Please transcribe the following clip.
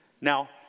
Now